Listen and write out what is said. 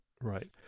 right